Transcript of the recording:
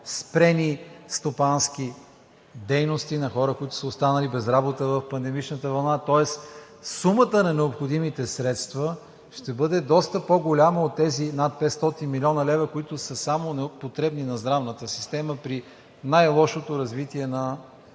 спрени стопански дейности на хора, които са останали без работа в пандемичната вълна. Тоест сумата на необходимите средства ще бъде доста по-голяма от тези над 500 млн. лв., които са само потребни на здравната система при най-лошото развитие на